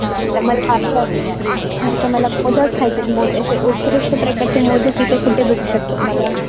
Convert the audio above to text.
हां तर मला तर हां तर मला मोदक खायचेत मोदक असे उत्कृष्ट प्रकारचे मोदक इथे कुठे भेटू शकतात मला